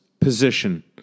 position